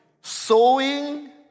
Sowing